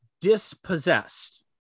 dispossessed